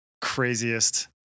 craziest